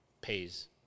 pays